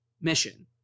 mission